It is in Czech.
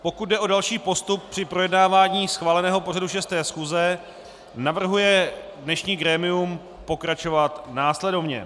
Pokud jde o další postup při projednávání schváleného pořadu 6. schůze, navrhuje dnešní grémium pokračovat následovně: